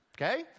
okay